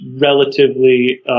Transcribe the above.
relatively